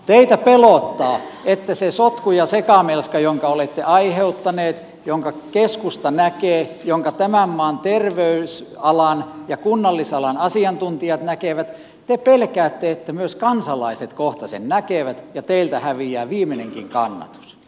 teitä pelottaa että sen sotkun ja sekamelskan jonka olette aiheuttaneet jonka keskusta näkee jonka tämän maan terveysalan ja kunnallisalan asiantuntijat näkevät myös kansalaiset kohta näkevät ja teiltä häviää viimeinenkin kannatus